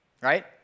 Right